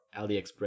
AliExpress